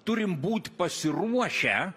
turim būt pasiruošę